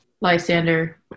Lysander